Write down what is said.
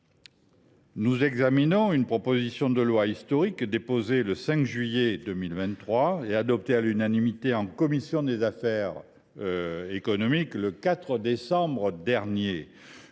Nous examinons une proposition de loi historique, déposée le 5 juillet 2023 et adoptée à l’unanimité en commission des affaires économiques le 4 décembre dernier.